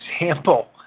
example